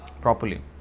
properly